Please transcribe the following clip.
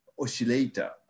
oscillator